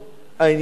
העניין של,